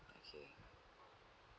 okay